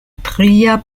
tria